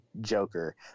Joker